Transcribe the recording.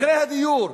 מחירי הדיור,